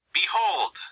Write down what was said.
Behold